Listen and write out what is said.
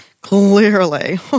Clearly